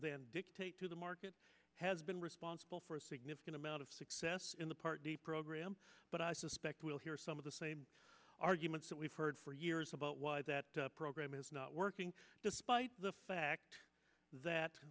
than dictate to the market has been responsible for a significant amount of success in the part d program but i suspect we'll hear some of the same arguments that we've heard for years about why that program is not working despite the fact that